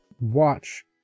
watch